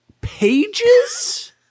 pages